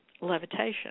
levitation